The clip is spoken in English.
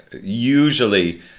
usually